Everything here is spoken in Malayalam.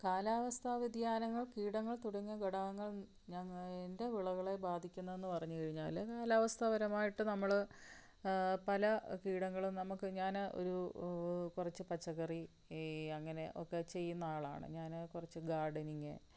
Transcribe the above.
കാലാവസ്ഥാ വ്യതിയാനങ്ങൾ കീടങ്ങൾ തുടങ്ങിയ ഘടകങ്ങൾ എൻ്റെ വിളകളെ ബാധിക്കുന്നതന്നു പറഞ്ഞുകഴിഞ്ഞാല് കാലാവസ്ഥാപരമായിട്ടു നമ്മള് പല കീടങ്ങളും നമുക്കു ഞാന് ഒരു കുറച്ചു പച്ചക്കറി ഈ അങ്ങനെ ഒക്കെ ചെയ്യുന്ന ആളാണ് ഞാന് കുറച്ച് ഗാർഡനിങ്